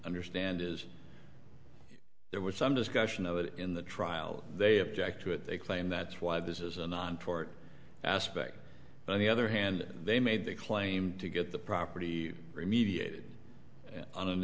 understand is there was some discussion of it in the trial they object to it they claim that's why this is an on tort aspect but on the other hand they made the claim to get the property remediated on an